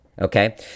Okay